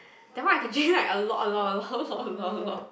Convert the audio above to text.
that one I can drink like a lot a lot lot lot lot lot